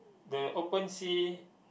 the open sea